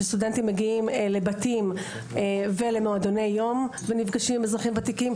סטודנטים מגיעים לבתים ולמועדני יום ונפגשים עם אזרחים ותיקים.